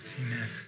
amen